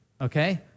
okay